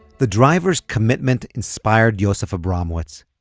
the drivers' commitment inspired yosef abramowitz.